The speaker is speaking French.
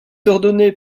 ordonné